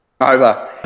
over